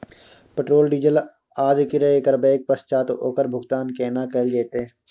Petrol, diesel आदि क्रय करबैक पश्चात ओकर भुगतान केना कैल जेतै?